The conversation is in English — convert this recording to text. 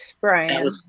Brian